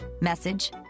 message